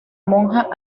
monja